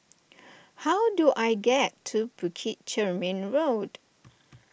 how do I get to Bukit Chermin Road